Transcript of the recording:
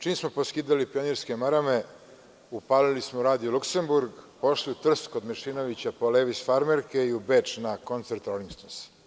Čim smo poskidali pionirske marame, upalili smo radio Luksemburg, pošli u Trst kod Mešinovića po „Levis“ farmerke i u Beč na koncert Rolingstonsa.